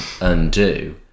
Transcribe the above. undo